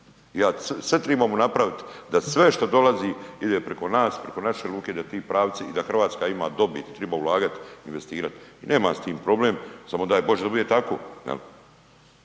Sve tribamo napraviti da sve što dolazi ide preko nas, preko naše luke i da ti pravci i da Hrvatska ima dobit i triba ulagat investirat i nemam s tim problem, samo daj Bože da bude tako.